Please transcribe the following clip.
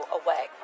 away